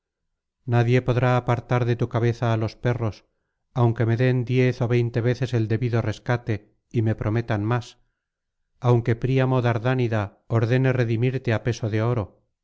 nadie podrá apartar de tu cabeza á los perros aunque me den diez ó veinte veces el debido rescate y me prometan más aunque príamo dardánida ordene redimirte á peso de oro